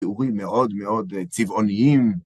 תיאורים מאוד מאוד צבעוניים.